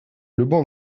любом